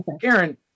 Karen